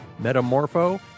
Metamorpho